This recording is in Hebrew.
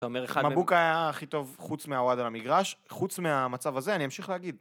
מבוקה היה הכי טוב חוץ מעוואד על המגרש, חוץ מהמצב הזה אני אמשיך להגיד